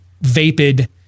vapid